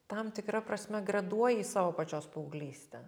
tam tikra prasme graduoji savo pačios paauglystę